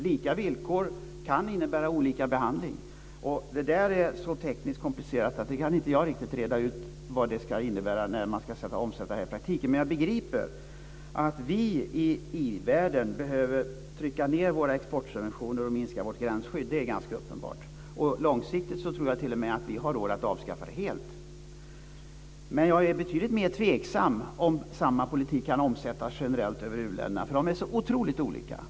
Lika villkor kan innebära olika behandling. Detta är så tekniskt komplicerat att jag inte kan reda ut vad det innebär när det ska omsättas i praktiken. Men jag begriper att vi ivärlden behöver trycka ned våra exportsubventioner och minska vårt gränsskydd. Det är ganska uppenbart. Långsiktigt tror jag t.o.m. att vi har råd att avskaffa det helt. Men jag är betydligt mer tveksam till att samma politik kan omsättas generellt i u-länderna, för de är så otroligt olika.